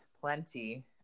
plenty